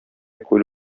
күл